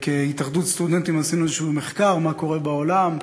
כהתאחדות הסטודנטים עשינו מחקר כלשהו מה קורה בעולם,